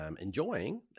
enjoying